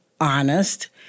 honest